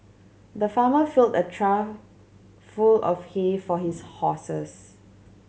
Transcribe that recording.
the farmer filled a trough full of hay for his horses